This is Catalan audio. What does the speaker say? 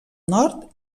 nord